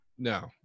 No